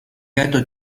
gato